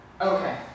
okay